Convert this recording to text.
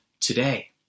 today